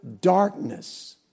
darkness